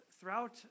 Throughout